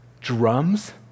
drums